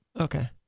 Okay